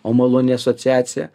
o maloni asociacija